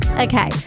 Okay